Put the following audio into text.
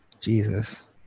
Jesus